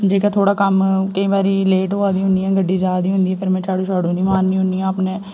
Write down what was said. जेह्का थोह्ड़ा कम्म केईं बारी लेट होआ दी होन्नी आं गड्डी जा दी होंदी ऐ फेर में झाड़ू शाड़ू नी मारनी होन्नी आं अपने